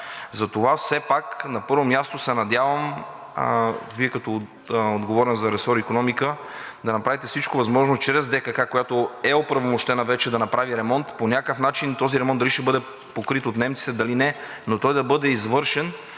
Затова все пак, на първо място, се надявам Вие като отговорен за ресор икономика да направите всичко възможно чрез ДКК, която е оправомощена вече да направи ремонт по някакъв начин, този ремонт дали ще бъде покрит от немците, дали не, но той да бъде извършен,